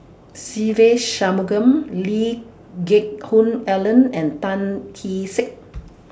Se Ve Shanmugam Lee Geck Hoon Ellen and Tan Kee Sek